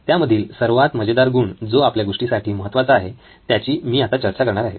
त्यामधील सर्वात मजेदार गुण जो आपल्या गोष्टीसाठी महत्त्वाचा आहे ज्याची मी आता चर्चा करणार आहे